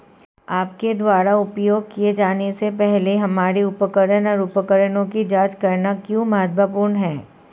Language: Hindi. आपके द्वारा उपयोग किए जाने से पहले हमारे उपकरण और उपकरणों की जांच करना क्यों महत्वपूर्ण है?